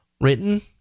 written